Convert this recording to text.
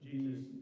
Jesus